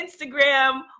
Instagram